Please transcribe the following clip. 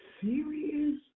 serious